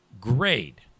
grade